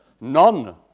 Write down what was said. None